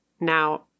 now